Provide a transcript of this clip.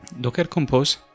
Docker-compose